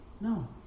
No